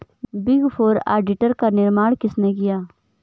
Big four auditor का निर्माण किसने किया?